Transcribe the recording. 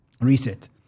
reset